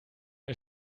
mir